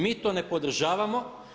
Mi to ne podržavamo.